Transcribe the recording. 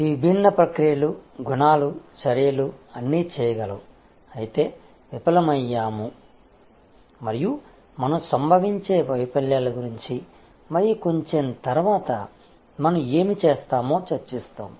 ఈ విభిన్న ప్రక్రియలు గుణాలు చర్యలు అన్నీ చేయగలవు అయితే విఫలమయ్యాము మరియు మనం సంభవించే వైఫల్యాల గురించి మరియు కొంచెం తరువాత మనం ఏమి చేస్తామో చర్చిస్తాము